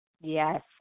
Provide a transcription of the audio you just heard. Yes